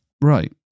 Right